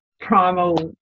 primal